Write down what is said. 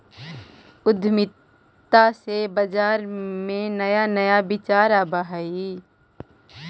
उद्यमिता से बाजार में नया नया विचार आवऽ हइ